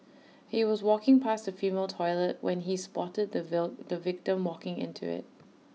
he was walking past the female toilet when he spotted the view the victim walking into IT